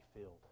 filled